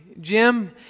Jim